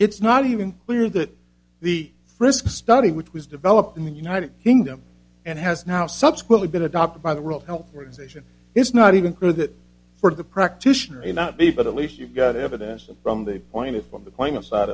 it's not even clear that the risk study which was developed in the united kingdom and has now subsequently been adopted by the world health organization is not even clear that for the practitioner a not b but at least you've got evidence that from the point of from the claimant side